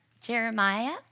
Jeremiah